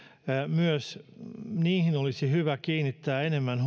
myös hyvä kiinnittää enemmän